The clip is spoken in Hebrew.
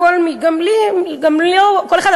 לא לכל אחד,